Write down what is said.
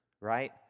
right